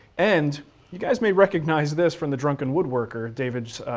and you guys may recognize this from the drunker and woodworker, david,